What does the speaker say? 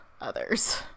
others